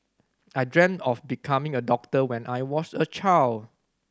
I dreamt of becoming a doctor when I was a child